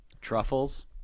Truffles